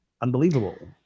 unbelievable